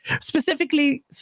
Specifically